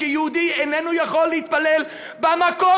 היא שיהודי איננו יכול להתפלל במקום